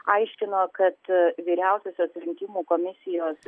aiškino kad vyriausiosios rinkimų komisijos